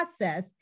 process